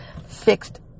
fixed